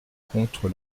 contre